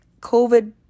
COVID